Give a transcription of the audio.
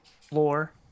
floor